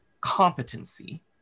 competency